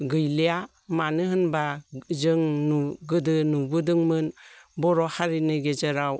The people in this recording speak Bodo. गैलिया मानो होनोब्ला जों गोदो नुबोदोंमोन बर'हारिनि गेजेराव